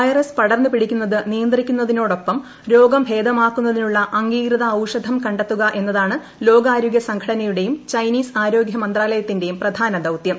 virus പടർന്നുപിടിക്കുന്നത് നിയന്ത്രിക്കുന്നതിനോടൊപ്പം രോഗം ഭേദമാക്കുന്നതിനുള്ള അംഗീകൃത ഔഷധം കണ്ടെത്തുക എന്നതാണ് ലോകാരോഗൃ സംഘടനയുടെയും ചൈനീസ് ആരോഗൃ മന്ത്രാലയത്തിന്റെയും പ്രധാന ദൌതൃം